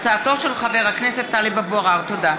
תודה.